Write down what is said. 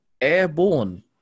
airborne